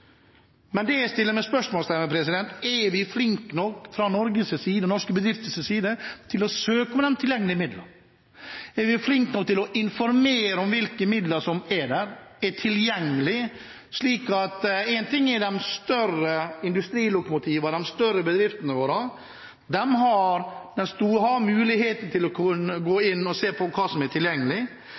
Men det jeg stiller meg spørsmål om, er: Er vi flinke nok fra Norges side, fra norske bedrifters side, til å søke om de tilgjengelige midlene? Er vi flinke nok til å informere om hvilke midler som er der, og om de er tilgjengelige? En ting er at de større industrilokomotivene, de større bedriftene våre, har mulighet til å gå inn og se på hva som er tilgjengelig,